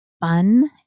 fun